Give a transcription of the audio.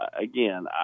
again